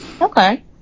Okay